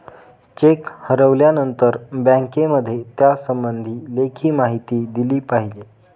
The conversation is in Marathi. चेक हरवल्यानंतर बँकेमध्ये त्यासंबंधी लेखी माहिती दिली पाहिजे